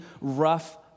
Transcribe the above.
rough